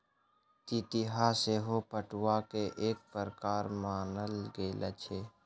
तितहा सेहो पटुआ के एक प्रकार मानल गेल अछि